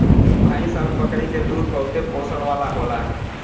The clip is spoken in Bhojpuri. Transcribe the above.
भैंस आउर बकरी के दूध बहुते पोषण वाला होला